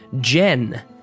jen